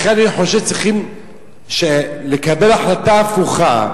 לכן אני חושב שצריך לקבל החלטה הפוכה,